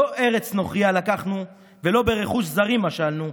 "לא ארץ נוכרייה לקחנו ולא ברכוש זרים משלנו,